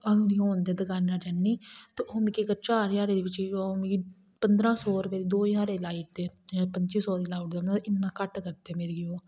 अंदू दी अऊं में उंदी दकाना उप्पर जन्नी ते ओह् मिगी अगर कोई चार ज्हार रुपये दी बी चीज होऐ मिगी पंदरा सौ रुपये दी दो ज्हार रुपये दी लाई ओड़दे जां पच्ची सौ रुपये दी लाई ओड़दे इन्ना घट्ट करदे मेरे लेई ओह्